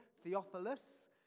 Theophilus